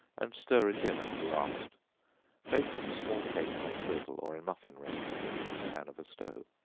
and stir it in at the last bake in small cakes on the griddle, or in muffin rings in the dripping-pan of a stove.